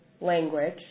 language